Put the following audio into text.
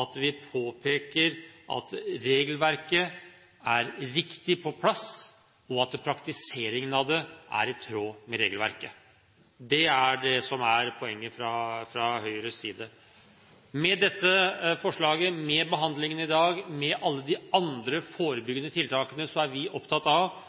at vi påpeker at regelverket er riktig på plass, og at praktiseringen av det er i tråd med forutsetningene. Det er det som er poenget fra Høyres side. Med dette forslaget, med behandlingen i dag, og med alle de andre forebyggende tiltakene er vi opptatt av